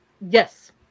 Yes